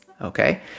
Okay